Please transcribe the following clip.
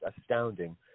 astounding